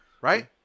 Right